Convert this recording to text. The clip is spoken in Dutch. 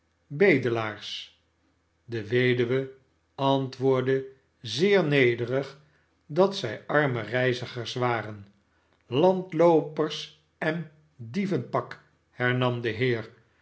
bedelaars de weduwe antwoordde zeer nedeng dat zij arme reizigers waren slandloopers en dievenpakt hernam de heer